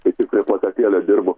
kaip tik prie plakatėlio dirbu